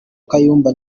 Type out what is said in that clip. kayumba